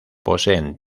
poseen